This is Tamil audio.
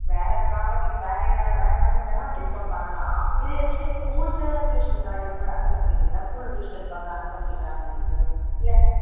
வேற ப்ராபர்ட்டிஸ் வேற எதாவுது வேற மாதிரி இருந்தாலும் டிஸ்கவுண்ட் பண்ணலாம் இது எப்படி நீங்கள் ஸ்கூலுக்கு டியூஷனுக்கா எது மாதிரி அந்த மாதிரி கேட்குறிங்களா ஸ்கூல்ல டியூஷன் எடுப்பாங்க அந்த மாதிரி கேட்குறாங்க எங்களுக்கு இல்லை